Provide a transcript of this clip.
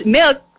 milk